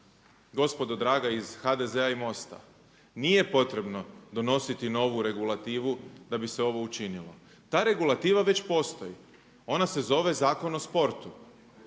Gospodo draga iz HDZ-a i MOST-a, nije potrebno donositi novu regulativu da bi se ovo učinilo. Ta regulativa već postoji. Ona se zove Zakon o sportu,